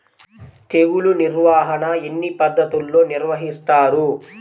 తెగులు నిర్వాహణ ఎన్ని పద్ధతుల్లో నిర్వహిస్తారు?